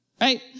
right